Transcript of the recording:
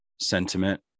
sentiment